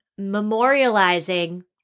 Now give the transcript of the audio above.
memorializing